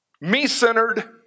me-centered